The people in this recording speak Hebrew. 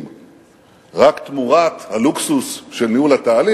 רק תמורת הלוקסוס של ניהול התהליך,